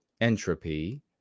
entropy